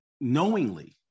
knowingly